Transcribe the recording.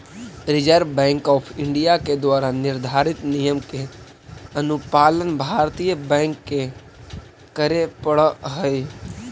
reserve Bank of India के द्वारा निर्धारित नियम के अनुपालन भारतीय बैंक के करे पड़ऽ हइ